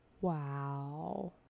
Wow